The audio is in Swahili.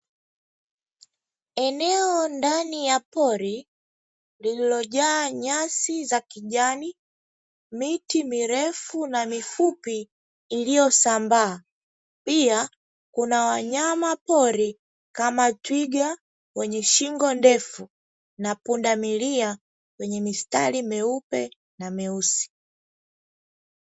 Eneo ndani ya pori lililojaa nyasi za kijani, miti mirefu na mifupi iliyosambaa, pia kuna wanyama pori kama twiga wenye shingo ndefu na pundamilia wenye mistari myeupe na myeusi.